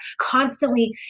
constantly